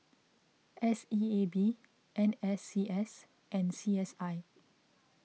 S E A B N S C S and C S I